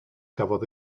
gafodd